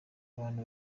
abantu